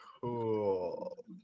Cool